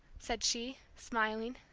said she, smiling.